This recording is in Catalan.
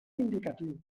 indicatiu